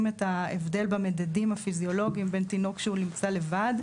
את ההבדל במדדים הפיזיולוגיים בין תינוק שהוא נמצא לבד,